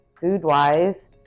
food-wise